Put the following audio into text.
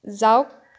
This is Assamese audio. যাওক